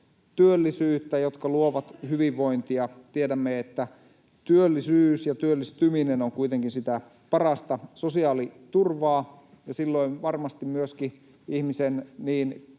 työllisyyttä, joka luo hyvinvointia. Tiedämme, että työllisyys ja työllistyminen ovat kuitenkin sitä parasta sosiaaliturvaa, ja silloin varmasti myöskin ihmisen niin